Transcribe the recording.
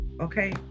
okay